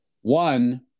One